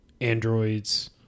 Androids